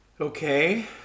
Okay